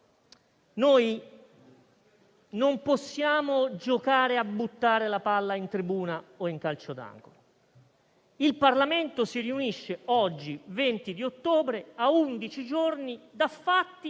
Non possiamo giocare a buttare la palla in tribuna o in calcio d'angolo. Il Parlamento si riunisce oggi, 20 ottobre, a undici giorni da fatti